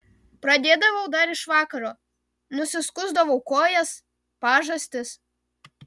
pradėdavau dar iš vakaro nusiskusdavau kojas pažastis